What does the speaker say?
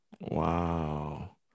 Wow